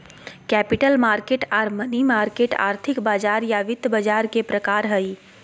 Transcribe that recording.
capital market आर money market आर्थिक बाजार या वित्त बाजार के प्रकार हय